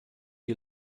you